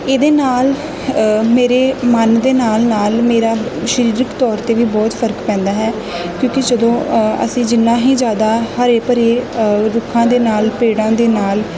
ਇਹਦੇ ਨਾਲ ਮੇਰੇ ਮਨ ਦੇ ਨਾਲ ਨਾਲ ਮੇਰਾ ਸਰੀਰਕ ਤੌਰ 'ਤੇ ਵੀ ਬਹੁਤ ਫਰਕ ਪੈਂਦਾ ਹੈ ਕਿਉਂਕਿ ਜਦੋਂ ਅਸੀਂ ਜਿੰਨਾ ਹੀ ਜ਼ਿਆਦਾ ਹਰੇ ਭਰੇ ਰੁੱਖਾਂ ਦੇ ਨਾਲ ਪੇੜਾਂ ਦੇ ਨਾਲ